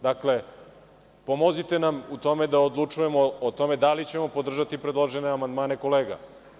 Dakle, pomozite nam da odlučujemo o tome da li ćemo podržati predložene amandmane kolega.